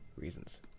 reasons